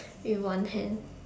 with one hand